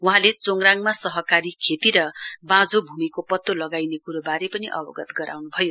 वहाँले चोङराङमा सहकारी खेती र बाँझो भूमिको पतो लगाइने कुराबारे पनि अवगत गराउनुभयो